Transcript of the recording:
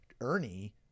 Ernie